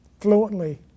fluently